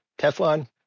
Teflon